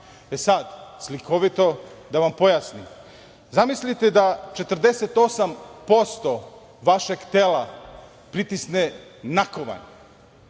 E, sada slikovito da vam pojasnim. Zamislite da 48% vašeg tela pritisne nakovanj.